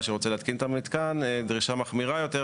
שרוצה להתקין את המתקן דרישה מחמירה יותר,